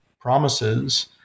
promises